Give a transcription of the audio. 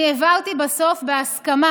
אני העברתי בסוף בהסכמה,